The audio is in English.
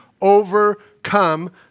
overcome